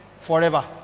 Forever